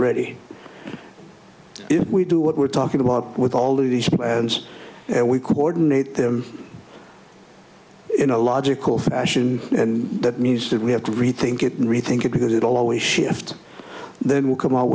ready if we do what we're talking about with all of these ends and we cordon it them in a logical fashion and that means that we have to rethink it and rethink it because it'll always shift then we'll come out